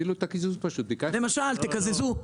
למשל, תקזזו.